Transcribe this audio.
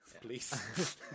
Please